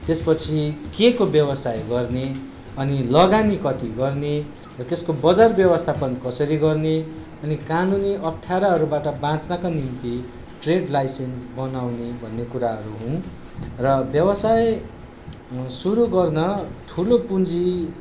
त्यसपछि केको व्यवसाय गर्ने अनि लगानी कति गर्ने र त्यसको बजार व्यवस्थापन कसरी गर्ने अनि कानुनी अफ्ठ्याराहरूबाट बाच्नुका निम्ति ट्रेड लाइसेन्स बनाउने कुराहरू हुन् र व्यवसाय सुरू गर्न ठुलो पुँजी